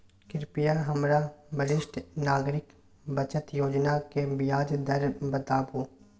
कृपया हमरा वरिष्ठ नागरिक बचत योजना के ब्याज दर बताबू